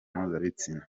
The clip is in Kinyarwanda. mpuzabitsina